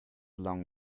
long